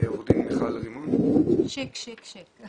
לגבי החלק הראשון של הדיון בנושא של החדשנות ושיפור השירות